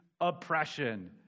oppression